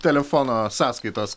telefono sąskaitos